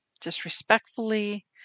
disrespectfully